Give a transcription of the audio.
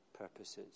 purposes